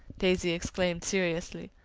daisy exclaimed seriously.